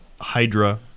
Hydra